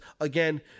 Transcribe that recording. again